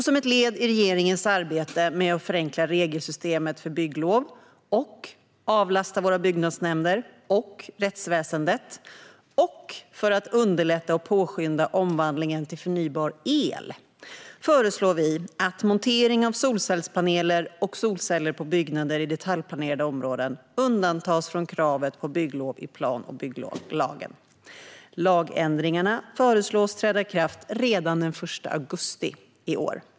Som ett led i regeringens arbete med att förenkla regelsystemet för bygglov och avlasta våra byggnadsnämnder och rättsväsendet, liksom för att underlätta och påskynda omvandlingen till förnybar el, föreslår vi att montering av solcellspaneler och solceller på byggnader i detaljplanerade områden undantas från kravet på bygglov i plan och bygglagen. Lagändringarna föreslås träda i kraft redan den 1 augusti i år.